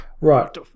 Right